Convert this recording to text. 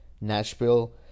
Nashville